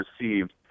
received